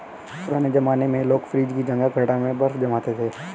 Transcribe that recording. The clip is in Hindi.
पुराने जमाने में लोग फ्रिज की जगह घड़ा में बर्फ जमा लेते थे